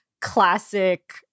classic